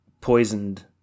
poisoned